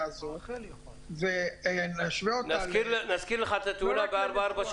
הזאת ונשווה אותה --- נזכיר לך את התאונה ב-443?